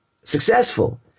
successful